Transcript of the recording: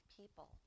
people